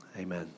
Amen